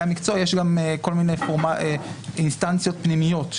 המקצוע יש גם כל מיני אינסטנציות פנימיות.